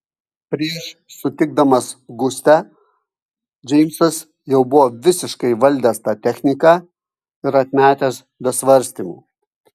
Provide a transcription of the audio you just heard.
prieš sutikdamas gustę džeimsas jau buvo visiškai įvaldęs tą techniką ir atmetęs be svarstymų